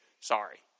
Sorry